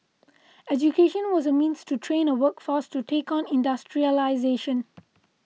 education was a means to train a workforce to take on industrialisation